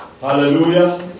Hallelujah